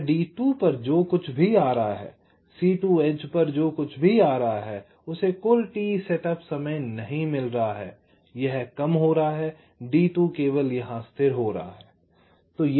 यह D2 पर जो कुछ भी आ रहा है C2 एज पर जो कुछ भी आ रहा है उसे कुल t सेटअप समय नहीं मिल रहा है यह कम हो रहा है D2 केवल यहां स्थिर हो रहा है